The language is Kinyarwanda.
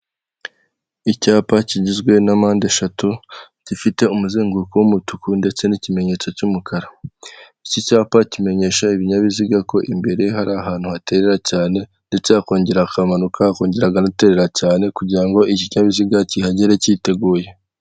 Icyapa kigizwe na mpande eshatu, gifite umuzenguruko w'umutuku ndetse n'ikimenyetso cy'umukara. Iki cyapa kimenyesha ibinyabiziga ko imbere hari ahantu haterera cyane, ndetse hakongera hakamanuka, hakongera hagaterera cyane, kugira ngo ikinyabiziga kihagere cyiteguye.